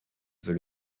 veut